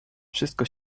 wszystko